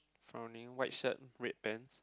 frowning white shirt red pants